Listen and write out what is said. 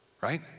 right